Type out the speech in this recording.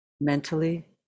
mentally